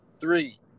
three